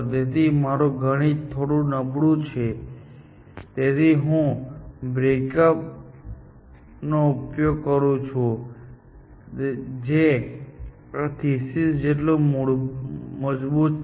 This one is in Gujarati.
તેથી મારું ગણિત થોડું નબળું છે તેથી હું આ બ્રેકઅપનો ઉપયોગ કરું છું જે આ થીસિસ જેટલું જ મજબૂત છે